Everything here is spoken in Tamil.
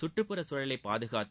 கற்றுப்புறச் சூழலை பாதுகாத்து